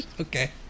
Okay